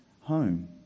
home